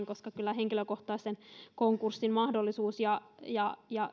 koska kyllä henkilökohtaisen konkurssin mahdollisuus ja ja